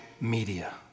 media